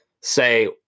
say